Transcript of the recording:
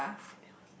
ya